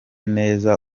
neza